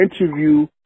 interview